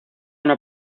una